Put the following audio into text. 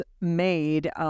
made